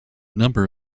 number